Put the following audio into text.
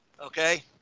Okay